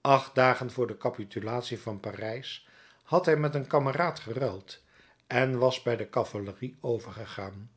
acht dagen vr de capitulatie van parijs had hij met een kameraad geruild en was bij de cavalerie overgegaan